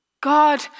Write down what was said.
God